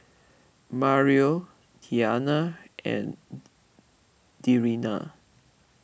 Mario Tiana and Darian